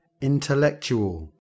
Intellectual